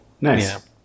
nice